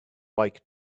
like